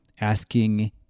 asking